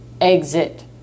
exit